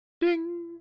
ding